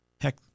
Heck